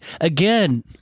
again